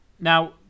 Now